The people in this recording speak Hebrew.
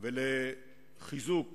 ולחיזוק